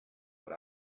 what